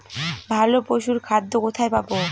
ভালো পশুর খাদ্য কোথায় পাবো?